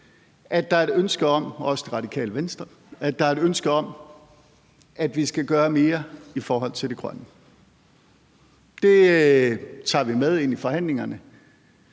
at der er et ønske om, at vi skal gøre mere i forhold til det grønne. Det tager vi med ind i forhandlingerne.